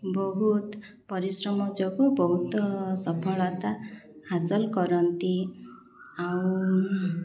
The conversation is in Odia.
ବହୁତ ପରିଶ୍ରମ ଯୋଗୁଁ ବହୁତ ସଫଳତା ହାସଲ କରନ୍ତି ଆଉ